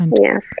Yes